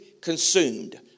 consumed